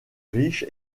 riche